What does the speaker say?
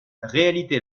réalité